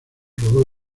rodó